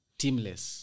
teamless